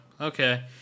Okay